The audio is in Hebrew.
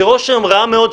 זה רושם רע מאוד,